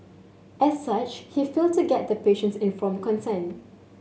as such he failed to get the patient's informed consent